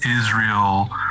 Israel